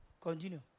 Continue